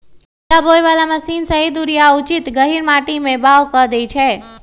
बीया बोय बला मशीन सही दूरी आ उचित गहीर माटी में बाओ कऽ देए छै